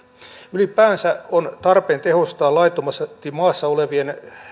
ylipäänsä on tarpeen tehostaa laittomasti maassa olevien